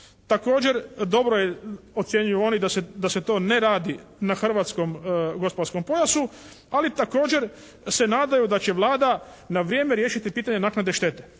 Također dobro je, ocjenjuju oni, da se to ne radi na hrvatskom gospodarskom pojasu, ali također se nadaju da će Vlada na vrijeme riješiti pitanje naknade štete.